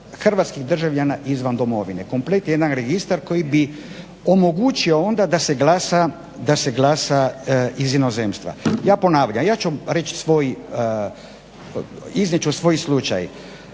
hrvatskih državljana izvan Domovine. Kompletni jedan registar koji bi omogućio onda da se glasa iz inozemstva. Ja ponavljam, ja ću reći svoj,